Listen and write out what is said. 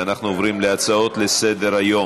אנחנו עוברים להצעות לסדר-היום.